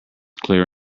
clear